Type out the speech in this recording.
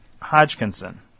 Hodgkinson